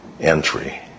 entry